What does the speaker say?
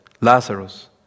Lazarus